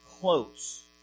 close